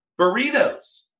burritos